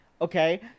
okay